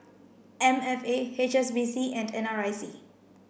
M F A H S B C and N R I C